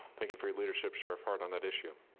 thank you for your leadership, sheriff hart, on that issue.